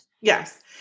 Yes